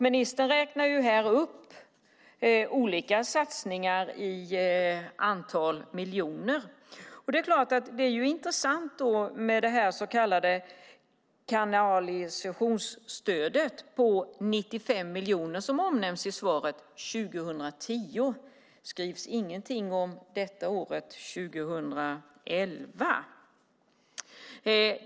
Ministern räknar här upp olika satsningar i antal miljoner. Det är klart att det då är intressant med det så kallade kanalisationsstödet på 95 miljoner, som omnämns i svaret, 2010. Det skrivs ingenting om detta år, 2011.